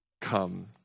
come